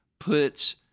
Puts